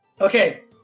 Okay